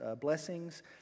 blessings